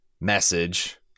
message